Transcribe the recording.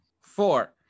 four